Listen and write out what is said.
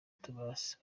tomas